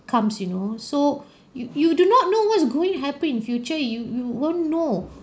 comes you know so you you do not know what's going to happen in future you you won't know